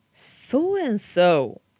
So-and-so